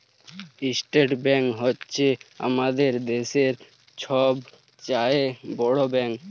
state bank হছে আমাদের দ্যাশের ছব চাঁয়ে বড় ব্যাংক